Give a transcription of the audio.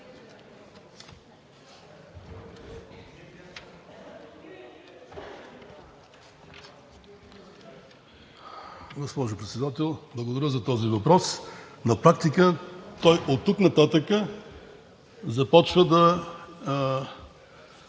Госпожо Председател! Благодаря за този въпрос. На практика той оттук нататък започва да